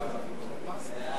לוועדת החינוך,